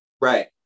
Right